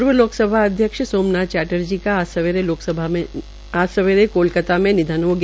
पूर्व लोकसभा सोमनाथ चैटर्जी को अजा सवेरे कोलकाता में निधन हो गया